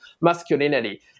masculinity